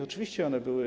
Oczywiście one były.